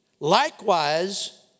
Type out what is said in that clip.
Likewise